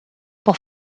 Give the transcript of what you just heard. pour